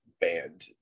banned